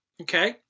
okay